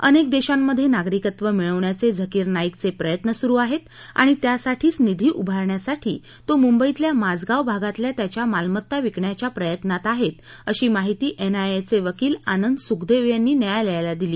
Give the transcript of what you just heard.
अनेक देशांमध्ये नागरिकत्व मिळवण्याचे झाकीर नाईकचे प्रयत्न सुरू आहेत आणि त्यासाठीच निधी उभारण्यासाठी तो मुंबईतल्या माझगाव भागातल्या त्याच्या मालमत्ता विकण्याच्या प्रयत्नात आहे अशी माहिती एनआयचे वकील आनंद सुखदेव यांनी न्यायालयाला दिली